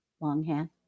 longhand